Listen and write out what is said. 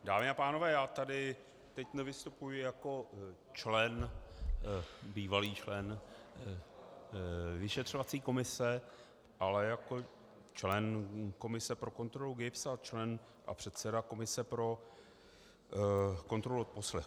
Dámy a pánové, já tady teď nevystupuji jako bývalý člen vyšetřovací komise, ale jako člen komise pro kontrolu GIBS a člen a předseda komise pro kontrolu odposlechů.